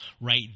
right